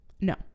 No